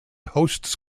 hosts